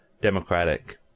democratic